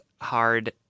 hard